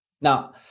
Now